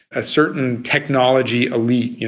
a certain technology elite, you